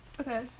Okay